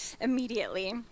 immediately